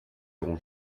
irons